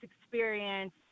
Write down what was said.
experience